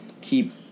keep